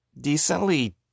decently